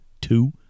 two